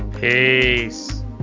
peace